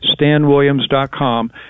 stanwilliams.com